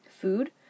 Food